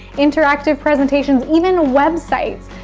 interactive presentations, even websites.